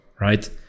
right